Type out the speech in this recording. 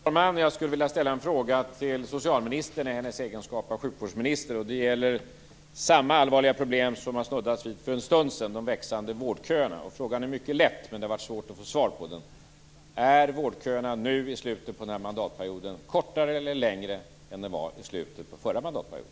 Fru talman! Jag skulle vilja ställa en fråga till socialministern i hennes egenskap av sjukvårdsminister. Det gäller samma allvarliga problem som det snuddades vid för en stund sedan, nämligen de växande vårdköerna. Frågan är mycket lätt, men det har varit svårt att få svar på den. Är vårdköerna nu, i slutet av den här mandatperioden, kortare eller längre än de var i slutet av förra mandatperioden?